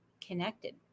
connected